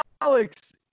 Alex